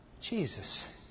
Jesus